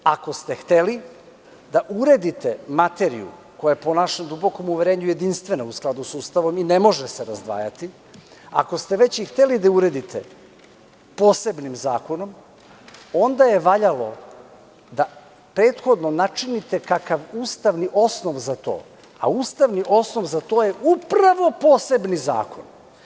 Ako ste hteli da uredite materiju, koja je po našem dubokom uverenju jedinstvena, u skladu sa Ustavom i ne može se razdvajati, ako ste već hteli da je uredite posebnim zakonom, onda je valjalo da prethodno načinite kakav ustavni osnov za to, a ustavni osnov za to je upravo posebni zakon.